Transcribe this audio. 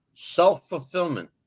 self-fulfillment